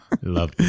love